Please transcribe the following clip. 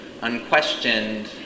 unquestioned